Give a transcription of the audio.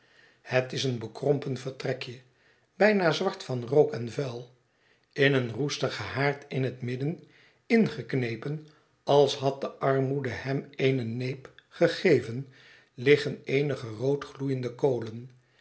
het is een bekrompen vertrekje bijna zwart van rook en vuil in een roestigen haard in het midden ingeknepen als had de armoede hem eene neep gegeven liggen eenige rood gloeiende kolen